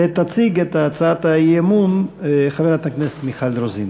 ותציג את הצעת האי-אמון חברת הכנסת מיכל רוזין.